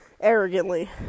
Arrogantly